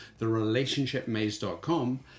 therelationshipmaze.com